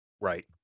right